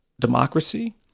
democracy